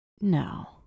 no